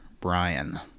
brian